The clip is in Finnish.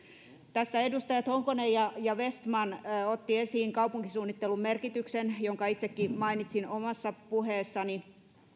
tässä edustajat honkonen ja ja vestman ottivat esiin kaupunkisuunnittelun merkityksen jonka itsekin mainitsin omassa puheessani